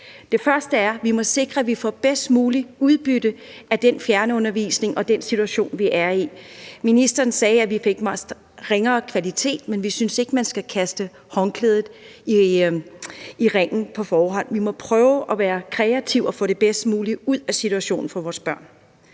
Det første er, at vi må sikre, at vi får det bedst mulige udbytte af den fjernundervisning og den situation, vi er i. Ministeren sagde, at vi måske fik ringere kvalitet, men vi synes ikke, man skal kaste håndklædet i ringen på forhånd. Vi må prøve at være kreative og få det bedst mulige ud af situationen for vores børn.